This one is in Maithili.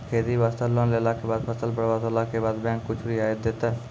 खेती वास्ते लोन लेला के बाद फसल बर्बाद होला के बाद बैंक कुछ रियायत देतै?